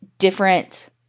Different